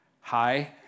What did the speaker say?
hi